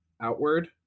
outward